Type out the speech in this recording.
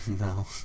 No